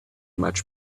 much